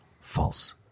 False